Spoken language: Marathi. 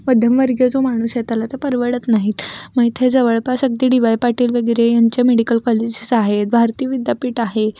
मध्यमवर्गीय जो माणूस आहे त्याला ते परवडत नाहीत मग इथे जवळपास अगदी डी वाय पाटील वगैरे ह्यांच्या मेडिकल कॉलेजेस आहेत भारती विद्यापीठ आहे